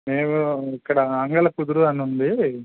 మేము ఇక్కడ అంగళ్ల కుదురు అని ఉంది